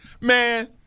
man